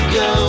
go